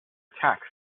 texts